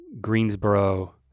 Greensboro